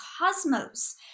cosmos